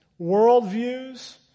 worldviews